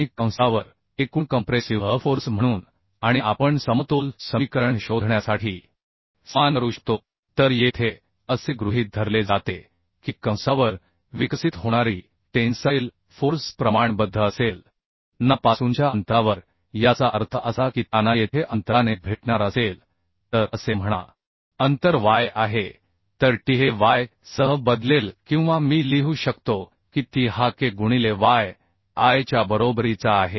आणि कंसावर एकूण कंप्रेसिव्ह फोर्स म्हणून आणि आपण समतोल समीकरण शोधण्यासाठी समान करू शकतो तर येथे असे गृहीत धरले जाते की कंसावर विकसित होणारी टेन्साईल फोर्स प्रमाणबद्ध असेल NA पासूनच्या अंतरावर याचा अर्थ असा की tNAयेथे अंतराने भेटणार असेल तर असे म्हणा अंतर y आहे तर t हे y सह बदलेल किंवा मी लिहू शकतो की Ti हा K गुणिले yI च्या बरोबरीचा आहे